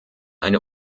eine